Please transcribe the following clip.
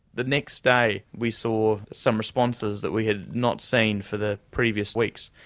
the next day we saw some responses that we had not seen for the previous weeks.